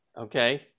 Okay